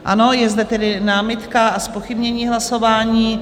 Ano, je zde tedy námitka a zpochybnění hlasování.